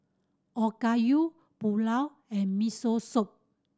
Okayu Pulao and Miso Soup